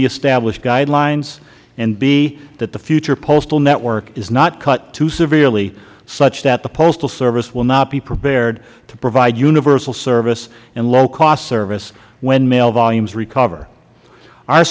the established guidelines and b that the future postal network is not cut too severely such that the postal service will not be prepared to provide universal service and low cost service when mail volumes recover